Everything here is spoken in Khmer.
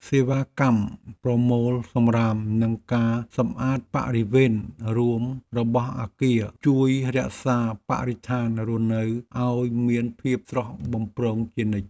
សេវាកម្មប្រមូលសំរាមនិងការសម្អាតបរិវេណរួមរបស់អគារជួយរក្សាបរិស្ថានរស់នៅឱ្យមានភាពស្រស់បំព្រងជានិច្ច។